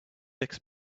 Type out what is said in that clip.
six